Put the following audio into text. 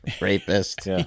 rapist